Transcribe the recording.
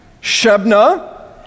Shebna